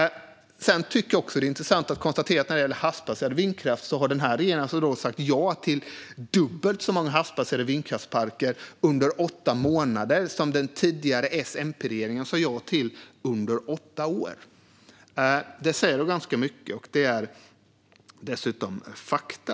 Det är också intressant att konstatera att när det gäller havsbaserad vindkraft har regeringen sagt ja till dubbelt så många havsbaserade vindkraftsparker under åtta månader som den tidigare S-MP-regeringen sa ja till under åtta år. Det säger ganska mycket. Det är dessutom fakta.